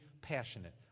passionate